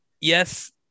yes